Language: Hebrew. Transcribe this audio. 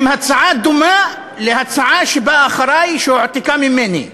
עם הצעה דומה להצעה שבאה אחרי, שהועתקה ממני.